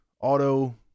auto